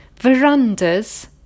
verandas